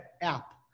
app